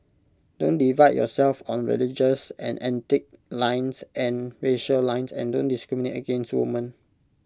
don't divide yourself on religious and ethnic lines and racial lines and don't discriminate against women